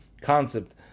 concept